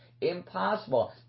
Impossible